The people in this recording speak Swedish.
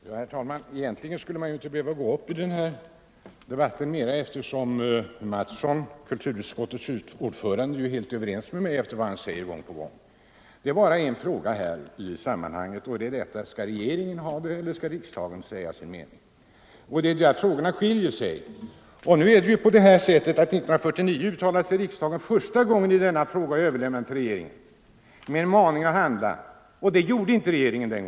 Herr talman! Egentligen skulle jag inte behöva gå upp i den här debatten mer eftersom kulturutskottets ordförande herr Mattsson i Lane-Herrestad är helt överens med mig enligt vad han säger gång på gång. Det är bara en fråga i sammanhanget: Skall regeringen få hållas eller skall riksdagen säga sin mening? Det är här uppfattningarna skiljer sig. År 1949 uttalade sig riksdagen för första gången i denna fråga och överlämnade den till regeringen med en maning att handla. Det gjorde dock inte regeringen.